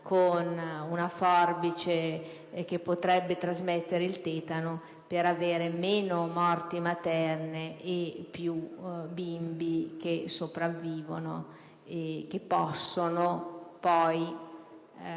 con delle forbici che potrebbero trasmettere il tetano, per avere una minore mortalità materna e più bimbi che sopravvivono e che possono poi